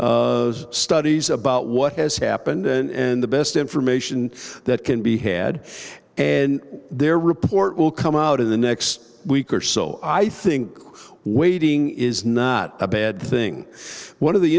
studies about what has happened and the best information that can be had and their report will come out in the next week or so i think wording is not a bad thing one of the